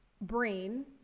brain